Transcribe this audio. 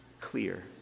clear